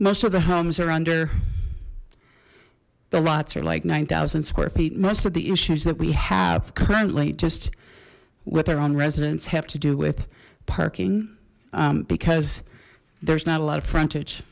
most of the homes are under the lots are like nine zero square feet most of the issues that we have currently just what their own residents have to do with parking because there's not a lot of frontage